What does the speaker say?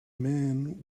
men